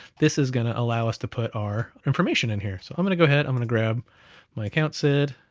this is gonna allow us to put our information in here. so i'm gonna go ahead, i'm gonna grab my account sid.